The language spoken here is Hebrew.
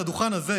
על הדוכן הזה,